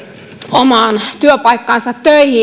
omaan työpaikkaansa töihin